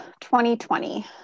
2020